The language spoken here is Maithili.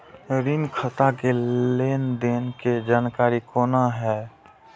ऋण खाता के लेन देन के जानकारी कोना हैं?